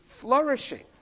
flourishing